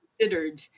considered